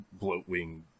bloatwing